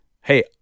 Hey